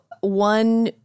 one